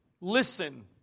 listen